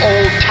Old